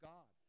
God